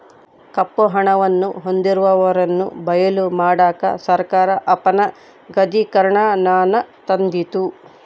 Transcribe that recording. ಕಪ್ಪು ಹಣವನ್ನು ಹೊಂದಿರುವವರನ್ನು ಬಯಲು ಮಾಡಕ ಸರ್ಕಾರ ಅಪನಗದೀಕರಣನಾನ ತಂದಿತು